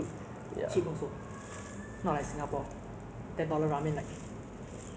so what is the pettiest reasons that you would li~ wo~ you would dislike someone